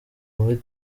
muri